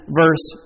verse